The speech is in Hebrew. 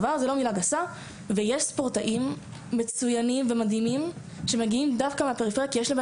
יש ספורטאים מצוינים ומדהימים שמגיעים דווקא מהפריפריה כי יש להם